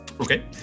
Okay